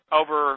over